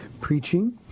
preaching